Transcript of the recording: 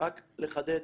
רק לחדד,